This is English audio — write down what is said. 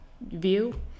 view